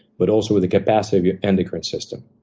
but also with the capacity of your endocrine system.